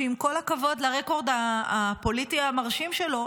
שעם כל הכבוד לרקורד הפוליטי המרשים שלו,